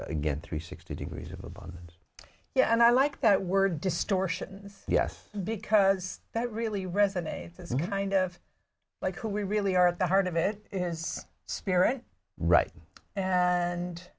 again three sixty degrees of abundance yeah and i like that word distortion yes because that really resonates it's kind of like who we really are at the heart of it is spirit right and